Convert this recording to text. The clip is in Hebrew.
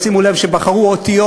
שימו לב שבחרו אותיות,